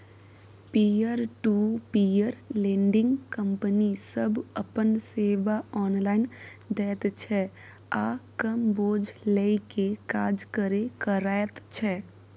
peer to peer lending company सब अपन सेवा ऑनलाइन दैत छै आ कम बोझ लेइ के काज करे करैत छै